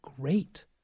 great